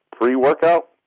pre-workout